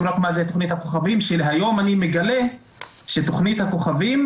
מה זה תכנית הכוכבים שהיום אני מגלה שתכנית הכוכבים,